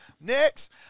Next